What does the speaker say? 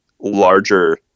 larger